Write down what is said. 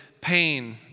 pain